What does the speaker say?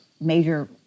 major